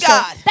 God